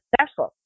successful